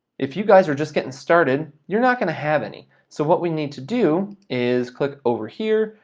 if you guys are just getting started, you're not gonna have any. so, what we need to do is click over here,